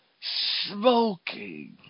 smoking